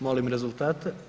Molim rezultate.